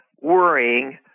worrying